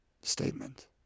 statement